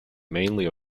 mainly